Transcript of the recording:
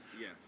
Yes